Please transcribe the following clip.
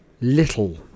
little